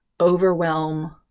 overwhelm